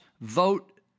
vote